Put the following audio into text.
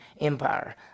Empire